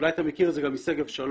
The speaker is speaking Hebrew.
ואולי אתה מכיר את זה גם משגב שלום